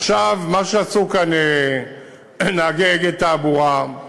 עכשיו, מה שעשו כאן נהגי "אגד תעבורה"